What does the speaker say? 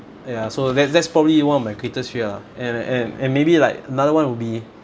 ya so that's that's probably one of my greatest fear lah and and and maybe like another one would be